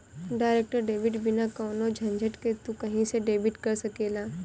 direct debit बिना कवनो झंझट के तू कही से डेबिट कर सकेला